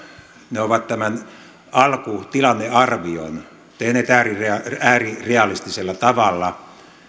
ne ovat tämän alkutilannearvion tehneet äärirealistisella tavalla